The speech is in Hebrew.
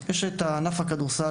יש את ענף הכדורסל,